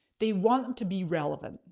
they want them to be relevant,